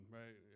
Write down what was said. right